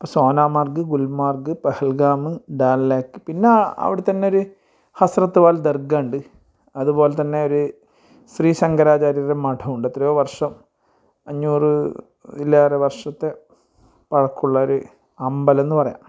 അപ്പം Sonamarg Gulmarg Pahalgam Dal lake പിന്നെ അവിടെത്തന്നൊര് ഹസ്രത്ത് പോൽ ദർഗ്ഗാണ്ട് അതുപോലെ തന്നെ ഒരു ശ്രീ ശങ്കരാചാര്യരുടെ മഠമുണ്ട് എത്രയോ വർഷം അഞ്ഞൂറ് ഇലേറെ വർഷത്തെ പഴക്കമുള്ളൊരു അമ്പലം എന്ന് പറയാം